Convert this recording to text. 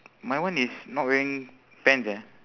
my one is not wearing pants eh